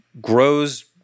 grows